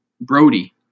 Brody